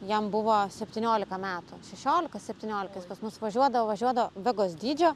jam buvo septyniolika metų šešiolika septyniolika jis pas mus važiuodavo važiuodavo vegos dydžio